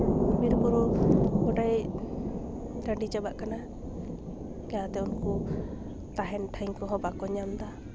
ᱵᱤᱨ ᱵᱩᱨᱩ ᱜᱳᱴᱟᱭ ᱴᱟᱺᱰᱤ ᱪᱟᱵᱟᱜ ᱠᱟᱱᱟ ᱡᱟᱦᱟᱸᱛᱮ ᱩᱱᱠᱩ ᱛᱟᱦᱮᱱ ᱴᱷᱟᱹᱭ ᱠᱚᱦᱚᱸ ᱵᱟᱠᱚ ᱧᱟᱢᱫᱟ